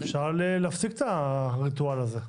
אפשר להפסיק את הריטואל הזה.